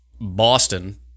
Boston